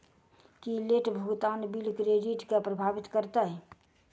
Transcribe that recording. की late भुगतान bill credit केँ प्रभावित करतै?